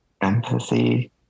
empathy